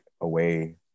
away